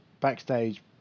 backstage